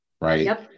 right